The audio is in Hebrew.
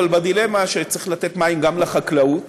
בדילמה שצריך לתת מים גם לחקלאות